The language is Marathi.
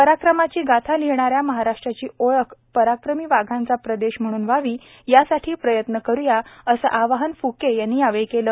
पराक्रमाची गाथा लिहिणाऱ्या महाराष्ट्राची ओळख पराक्रमी वाघांचा प्रदेश म्हणून व्हावी यासाठी प्रयत्न करूया असं आवाहन फ्के यांनी यावेळी केलं